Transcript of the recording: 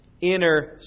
Inner